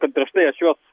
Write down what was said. kad prieš tai aš juos